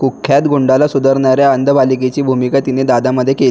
कुख्यात गुंडाला सुधारणाऱ्या अंध बालिकेची भूमिका तिने दादामध्ये केली